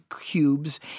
cubes